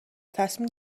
تصمیم